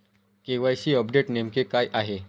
KYC update नेमके काय आहे?